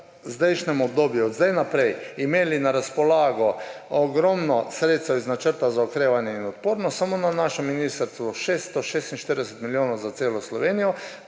sedanjem obdobju od sedaj naprej imeli na razpolago ogromno sredstev iz Načrta za okrevanje in odpornost; samo na našem ministrstvu 646 milijonov za celo Slovenijo.